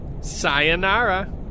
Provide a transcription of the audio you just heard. sayonara